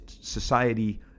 society